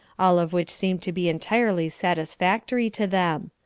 all of which seemed to be entirely satisfactory to them.